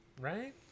right